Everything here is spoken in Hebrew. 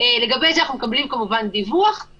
בחירה חופשית לפי מה שהם רצו לא הייתה.